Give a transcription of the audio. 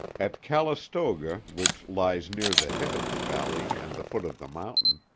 at calistoga, which lies near the head of the valley and the foot of the mountain,